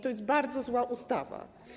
To jest bardzo zła ustawa.